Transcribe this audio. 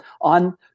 on